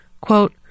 quote